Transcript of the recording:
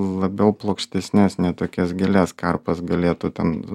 labiau plokštesnes ne tokias gilias karpas galėtų ten